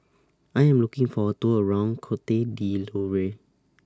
I Am looking For A Tour around Cote D'Ivoire